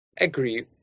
agree